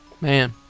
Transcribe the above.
man